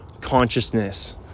Consciousness